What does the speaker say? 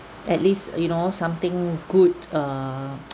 at least you know something good err